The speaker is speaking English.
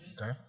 Okay